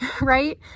right